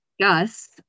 gus